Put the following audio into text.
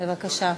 בבקשה.